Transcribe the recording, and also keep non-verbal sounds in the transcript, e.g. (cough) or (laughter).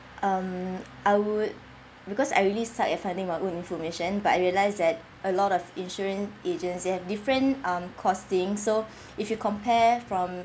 um I would because I really suck at finding my own information but I realised that a lot of insurance agency have different um costing so (breath) if you compare from